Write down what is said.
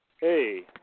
Hey